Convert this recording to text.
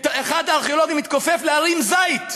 אחד הארכיאולוגים התכופף להרים זית,